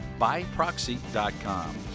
Buyproxy.com